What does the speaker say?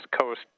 coast